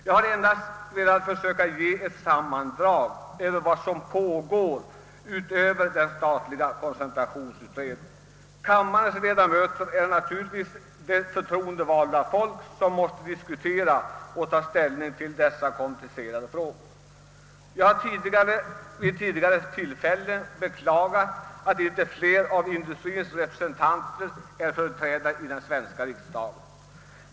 Jag har endast försökt ge ett sammandrag av vad som pågår utöver den statliga koncentrationsutredningen. Det är naturligtvis kammarens förtroendevalda ledamöter som måste diskutera och ta ställning till dessa komplicerade frågor. Vid tidigare tillfällen har jag beklagat att inte fler av industriens representanter är företrädda i den svenska riksdagen.